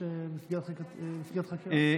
מסגרת חקירה?